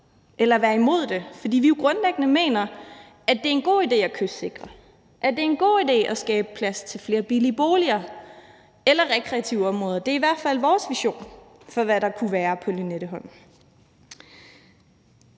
mener, at det er en god idé at kystsikre, at det er en god idé at skabe plads til flere billige boliger eller rekreative områder. Det er i hvert fald vores vision for, hvad der kunne være på Lynetteholm.